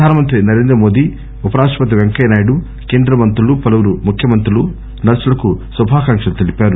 ప్రధానమంత్రి నరేంద్ర మోదీ ఉపరాష్ణపతి పెంకయ్య నాయుడు కేంద్ర మంత్రులు పలువురు ముఖ్యమంత్రులు నర్పులకు శుభాకాంక్షలు తెలిపారు